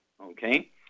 okay